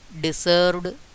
deserved